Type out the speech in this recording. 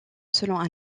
selon